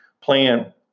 plan